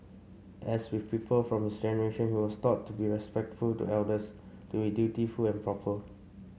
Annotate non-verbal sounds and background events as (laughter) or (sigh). as with people from his generation he was taught to be respectful to elders to (unintelligible) dutiful and proper